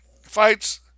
fights